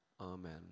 Amen